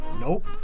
Nope